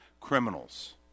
criminals